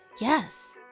Yes